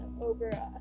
over